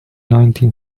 nineteen